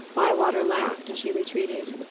bywater laughed, and she retreated.